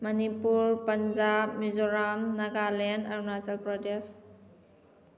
Manipur Punjab Mizoram Nagaland Arunachal Pradesh